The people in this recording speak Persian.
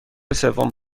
سوم